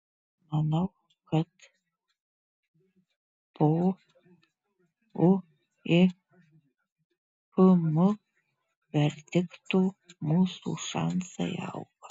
manau kad po uipm verdikto mūsų šansai auga